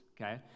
okay